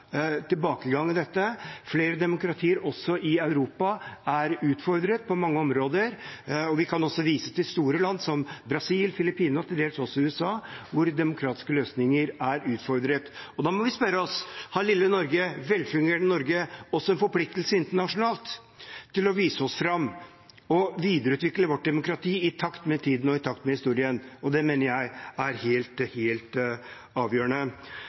tilbakegang. Flere demokratier, også i Europa, er utfordret på mange områder, og vi kan vise til store land som Brasil, Filippinene og til dels også USA, hvor demokratiske løsninger er utfordret. Da må vi spørre oss: Har vi i lille, velfungerende Norge også en forpliktelse internasjonalt til å vise oss fram og videreutvikle vårt demokrati i takt med tiden og i takt med historien? Det mener jeg er helt avgjørende.